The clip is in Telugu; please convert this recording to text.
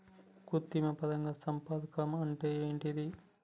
కృత్రిమ పరాగ సంపర్కం అంటే ఏంది?